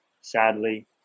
Sadly